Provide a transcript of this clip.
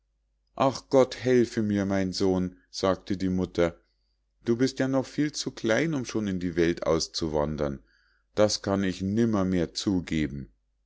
ach gott helfe mir mein sohn sagte die mutter du bist ja noch viel zu klein um schon in die welt auszuwandern das kann ich nimmermehr zugeben